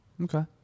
Okay